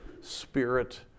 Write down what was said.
spirit